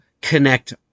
connect